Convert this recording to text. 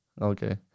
Okay